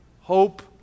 hope